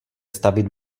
stavit